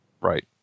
Right